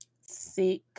sick